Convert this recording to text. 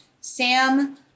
sam